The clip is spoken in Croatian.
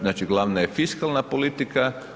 Znači glavna je fiskalna politika.